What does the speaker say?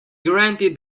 granted